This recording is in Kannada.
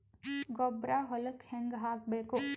ಗೊಬ್ಬರ ಹೊಲಕ್ಕ ಹಂಗ್ ಹಾಕಬೇಕು?